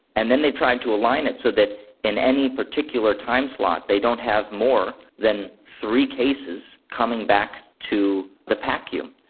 and then they tried to align it so that in any particular timeslot they don't have more than three cases coming back to the pacu,